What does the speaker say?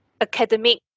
academic